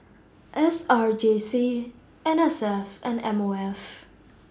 S R J C N S F and M O F